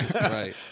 Right